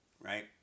Right